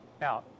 Now